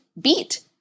beat